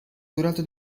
durata